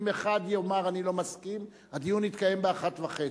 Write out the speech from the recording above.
אם אחד יאמר: אני לא מסכים, הדיון יתקיים ב-13:30.